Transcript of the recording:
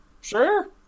sure